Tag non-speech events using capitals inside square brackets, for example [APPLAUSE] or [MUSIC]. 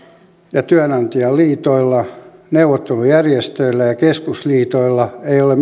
ja työnantajaliitoilla neuvottelujärjestöillä ja keskusliitoilla ei ole [UNINTELLIGIBLE]